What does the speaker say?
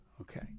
Okay